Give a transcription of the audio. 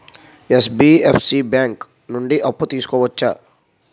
NBFC bank నుండి అప్పు తీసుకోవచ్చా?